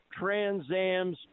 transams